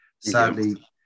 Sadly